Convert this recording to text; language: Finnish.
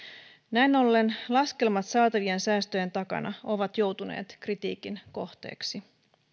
näin ollen laskelmat saatavien säästöjen takana ovat joutuneet kritiikin kohteeksi